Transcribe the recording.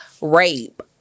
rape